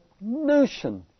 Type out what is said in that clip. notion